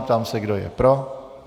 Ptám se, kdo je pro.